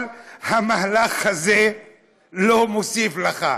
אבל המהלך הזה לא מוסיף לו.